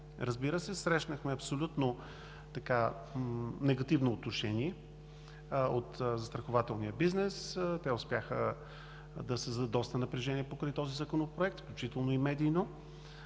Разбира се, срещнахме абсолютно негативно отношение от застрахователния бизнес и те успяха да създадат доста напрежение покрай този законопроект, включително и медийно.